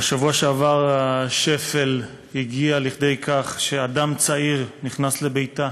בשבוע שעבר השפל הגיע לכדי כך שאדם צעיר נכנס לביתה